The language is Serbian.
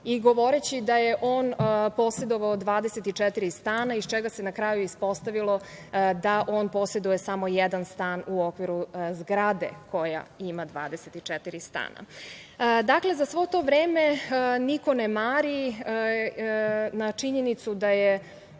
govoreći da je on posedovao 24 stana, iz čega se na kraju ispostavilo da on poseduje samo jedan stan u okviru zgrade koja ima 24 stana. Dakle, za svo to vreme niko ne mari na činjenicu da je